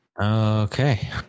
Okay